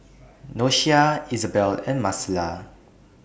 Doshia Isabell and Marcela